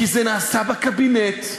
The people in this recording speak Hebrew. כי זה נעשה בקבינט,